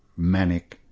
manic,